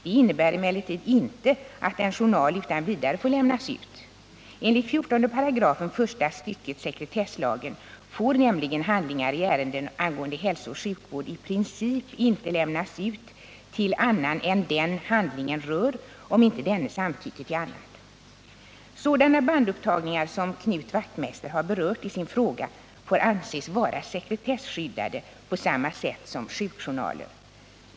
Det innebär emellertid inte att en journal utan vidare får lämnas ut. Enligt 14 § första stycket sekretesslagen får nämligen handlingar i ärenden angående hälsooch sjukvård i princip inte lämnas ut till annan än den handlingen rör, om inte denne samtycker till det. Sådana bandupptagningar som Knut Wachtmeister har berört i sin fråga får anses vara sekretesskyddade på samma sätt som sjukjournaler.